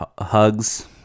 hugs